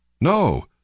No